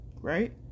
right